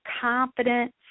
confidence